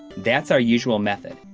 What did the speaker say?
that's our usual method,